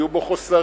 היו בו חוסרים,